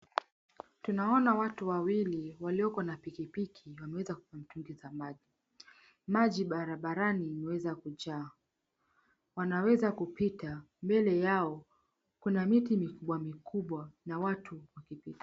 Tunaona watu wawili walioko na pikipiki wameweza kupata mtungi za maji. Maji barabarani imeweza kujaa. Wanaweza kupita. Mbele yao kuna miti mikubwa mikubwa na watu wakipita.